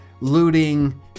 looting